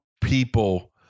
people